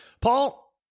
Paul